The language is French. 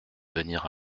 venir